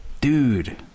Dude